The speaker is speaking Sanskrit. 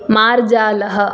मार्जालः